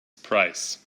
price